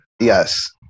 yes